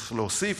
איך להוסיף,